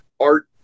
art